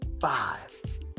five